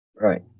Right